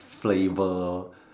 flavour